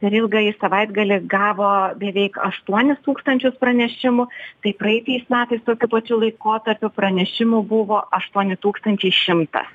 per ilgąjį savaitgalį gavo beveik aštuonis tūkstančius pranešimų tai praeitais metais tokiu pačiu laikotarpiu pranešimų buvo aštuoni tūkstančiai šimtas